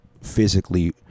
physically